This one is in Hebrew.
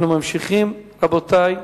אנחנו ממשיכים, רבותי.